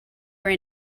were